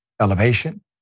elevation